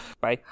Bye